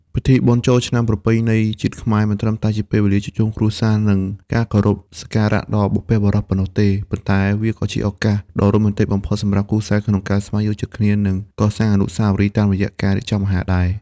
ពិធីបុណ្យចូលឆ្នាំថ្មីប្រពៃណីជាតិខ្មែរ មិនត្រឹមតែជាពេលវេលានៃការជួបជុំគ្រួសារ និងការគោរពសក្ការៈដល់បុព្វបុរសប៉ុណ្ណោះទេ ប៉ុន្តែវាក៏ជាឱកាសដ៏រ៉ូមែនទិកបំផុតសម្រាប់គូស្នេហ៍ក្នុងការស្វែងយល់ចិត្តគ្នា និងកសាងអនុស្សាវរីយ៍តាមរយៈការរៀបចំអាហារដែរ។